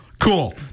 cool